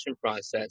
process